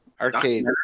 Arcade